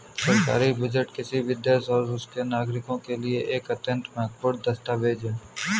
सरकारी बजट किसी भी देश और उसके नागरिकों के लिए एक अत्यंत महत्वपूर्ण दस्तावेज है